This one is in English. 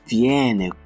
viene